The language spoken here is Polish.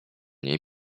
niej